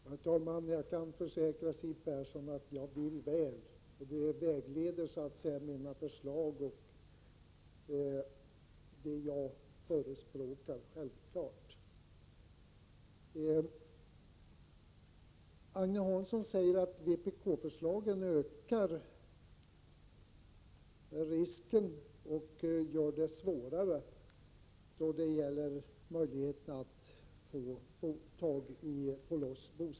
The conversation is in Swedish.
Herr talman! Jag kan försäkra Siw Persson att jag vill väl. Den inställningen vägleder självfallet vad jag förespråkar i mina förslag. Agne Hansson säger att vpk-förslagen, om de genomförs, gör det svårare att få loss bostäder.